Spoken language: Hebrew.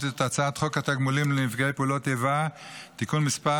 את הצעת חוק התגמולים לנפגעי פעולות איבה (תיקון מס'